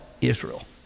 Israel